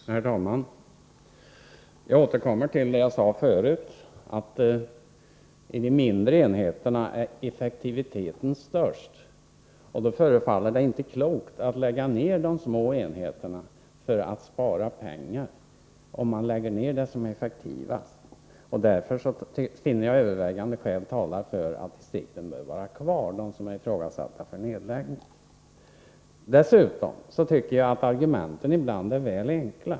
Herr talman! Jag återkommer till det som jag sade förut, nämligen att effektiviteten är störst vid de mindre enheterna. Då förefaller det inte klokt att lägga ned det som är effektivast, de små enheterna, för att spara pengar. Jag finner övervägande skäl tala för att de distriktskontor som är ifrågasatta för nedläggning bör vara kvar. Dessutom tycker jag att argumenten ibland är väl enkla.